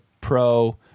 pro